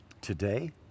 today